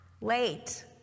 late